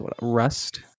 rust